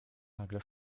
nagle